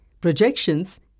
projections